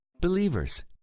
Believers